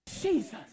Jesus